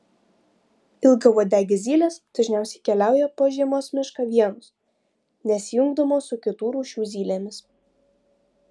ilgauodegės zylės dažniausiai keliauja po žiemos mišką vienos nesijungdamos su kitų rūšių zylėmis